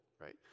right